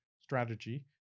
strategy